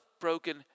broken